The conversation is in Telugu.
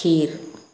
కీర్